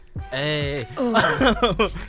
Hey